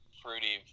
fruity